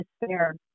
despair